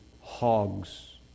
hogs